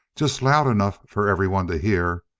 just loud enough for everyone to hear,